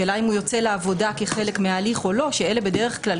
בשאלה אם הוא יוצא לעבודה כחלק מההליך או לא שאלה בדרך כלל,